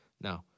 no